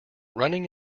running